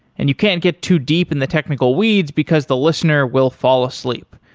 and you can't get too deep in the technical weeds, because the listener will fall asleep.